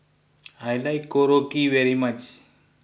I like Korokke very much